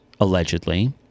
allegedly